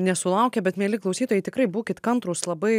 nesulaukė bet mieli klausytojai tikrai būkit kantrūs labai